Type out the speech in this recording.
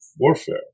warfare